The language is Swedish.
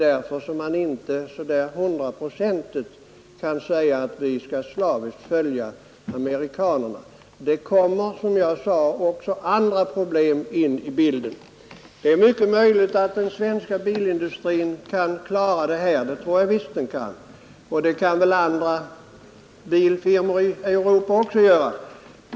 Därför kan man inte säga att vi hundraprocentigt skall följa amerikanerna. Som jag sade kommer också andra problem in i bilden. Det är mycket möjligt att den svenska bilindustrin kan klara kraven — det tror jag visst att den kan — och det kan väl andra biltillverkare i Europa också göra.